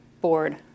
board